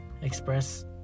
express